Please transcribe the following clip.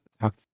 talk